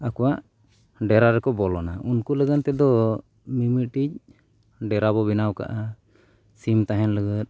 ᱟᱠᱚᱣᱟᱜ ᱰᱮᱨᱟ ᱨᱮᱠᱚ ᱵᱚᱞᱚᱱᱟ ᱩᱱᱠᱩ ᱞᱟᱹᱜᱤᱫ ᱛᱮᱫᱚ ᱢᱤᱼᱢᱤᱫᱴᱤᱡ ᱰᱮᱨᱟ ᱵᱚ ᱵᱮᱱᱟᱣ ᱠᱟᱜᱼᱟ ᱥᱤᱢ ᱛᱟᱦᱮᱱ ᱞᱟᱹᱜᱤᱫ